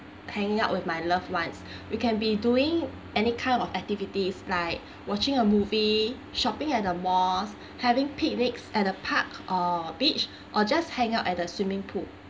hanging out with my loved ones we can be doing any kind of activities like watching a movie shopping at the malls having picnics at a park or beach or just hang out at the swimming pool